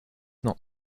not